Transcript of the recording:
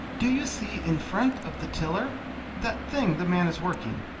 do you see in front of the tiller that thing the man is working,